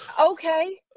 okay